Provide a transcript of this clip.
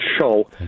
show